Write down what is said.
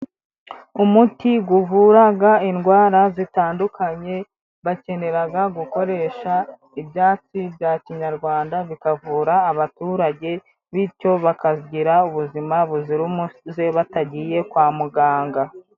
Umuti, guvuraga indwara zitandukanye, bakeneraga gukoresha ibyatsi bya Kinyarwanda, bikavura abaturage. Bityo, bakagira ubuzima buzira umuze, batagiye kwa muganga.